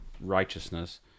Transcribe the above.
righteousness